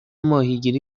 ماهیگیری